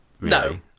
No